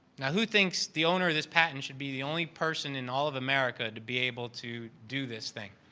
now, who thinks the owner of this patent should be the only person in all of america to be able to do this thing?